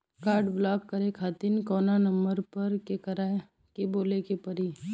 Card block करे खातिर कवना नंबर पर केकरा के बोले के परी?